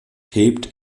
hebt